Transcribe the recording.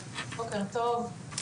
(הצגת מצגת) בוקר טוב לכולם,